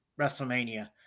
WrestleMania